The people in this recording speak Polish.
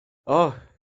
och